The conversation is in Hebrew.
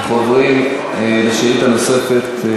אנחנו עוברים לשאילתה נוספת,